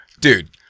Dude